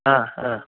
आ हा